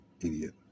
Idiot